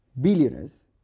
billionaires